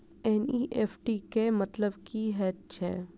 NEFT केँ मतलब की हएत छै?